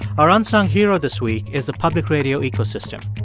our unsung hero this week is the public radio ecosystem.